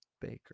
Baker